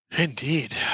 Indeed